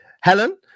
Helen